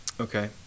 Okay